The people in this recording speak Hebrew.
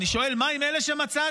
אני שואל: מה עם אלה שמצאתם,